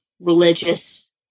religious